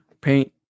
paint